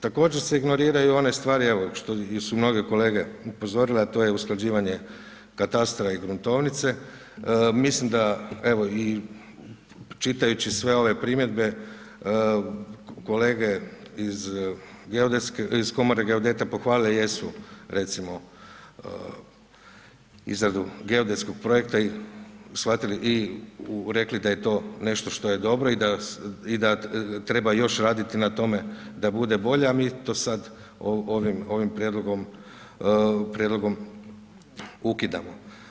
Također se ignoriraju one stvari, evo što su mnogi kolege upozorile, a to je usklađivanje katastra i gruntovnice, mislim da evo i čitajući sve ove primjedbe, kolege iz Komore geodeta pohvalile jesu, recimo, izradu geodetskog projekta i shvatili i rekli da je to nešto što je dobro i da treba još raditi na tome da bude bolje, a mi to sada ovim prijedlogom ukidamo.